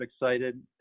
excited